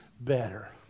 better